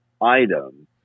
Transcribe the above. item